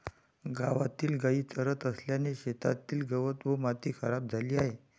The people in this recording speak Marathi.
गावातील गायी चरत असल्याने शेतातील गवत व माती खराब झाली आहे